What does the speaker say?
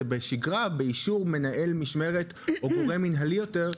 בשגרה באישור מנהל משמרת או גורם מנהלי יותר.